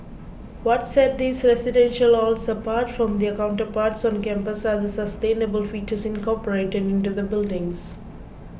what set these residential halls apart from their counterparts on campus are the sustainable features incorporated into the buildings